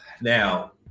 Now